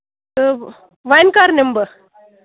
تہٕ وۅنۍ کَر نِمہٕ بہٕ